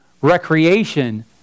recreation